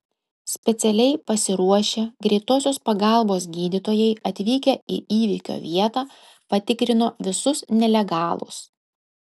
specialiai pasiruošę greitosios pagalbos gydytojai atvykę į įvykio vietą patikrino visus nelegalus